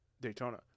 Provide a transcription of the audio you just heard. Daytona